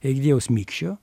egidijaus mikšio